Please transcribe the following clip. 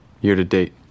year-to-date